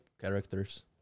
characters